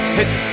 hit